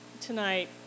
tonight